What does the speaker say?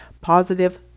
positive